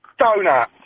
donut